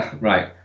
right